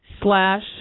slash